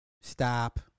Stop